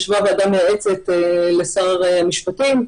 ישבה ועדה מייעצת לשר המשפטים.